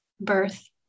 birth